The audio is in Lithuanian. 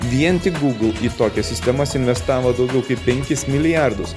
vien tik google į tokias sistemas investavo daugiau kaip penkis milijardus